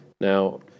Now